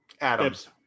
Adams